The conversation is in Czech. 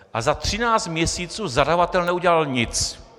A za třináct měsíců zadavatel neudělal nic.